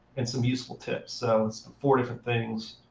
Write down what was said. and some useful tips. so it's four different things.